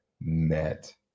met